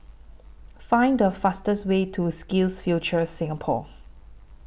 Find The fastest Way to SkillsFuture Singapore